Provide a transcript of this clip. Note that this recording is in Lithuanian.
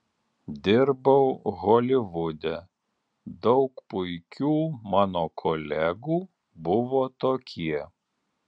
dirbau holivude daug puikių mano kolegų buvo tokie